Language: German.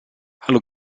hallo